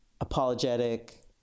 apologetic